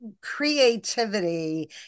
creativity